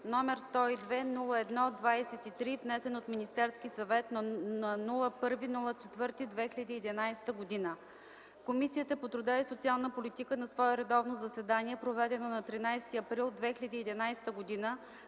№ 102-01-23, внесен от Министерски съвет на 1 април 2011 г. Комисията по труда и социалната политика на свое редовно заседание, проведено на 13 април 2011 г.,